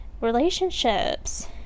relationships